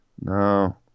no